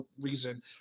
reason